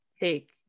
take